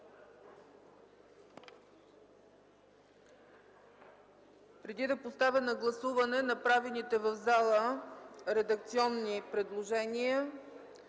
Преди да поставя на гласуване направените в залата редакционни предложения,